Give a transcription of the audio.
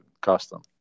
custom